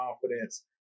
confidence